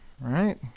Right